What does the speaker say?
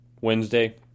Wednesday